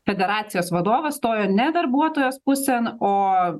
federacijos vadovas stojo ne darbuotojos pusėn o